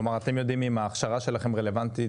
כלומר אתם יודעים אם ההכשרה שלכם רלוונטית